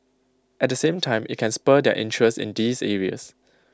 at the same time IT can spur their interest in these areas